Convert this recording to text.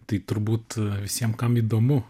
tai turbūt visiem kam įdomu